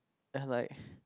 yeah like